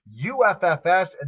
uffs